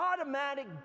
automatic